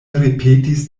ripetis